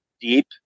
deep